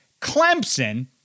Clemson